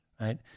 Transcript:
right